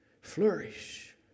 flourish